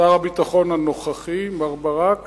שר הביטחון הנוכחי מר ברק